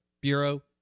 Bureau